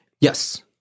Yes